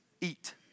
Eat